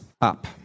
up